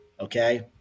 Okay